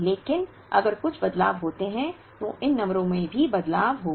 लेकिन अगर कुछ बदलाव होते हैं तो इन नंबरों में भी बदलाव होगा